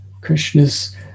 Krishna's